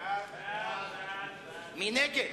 מי נגד?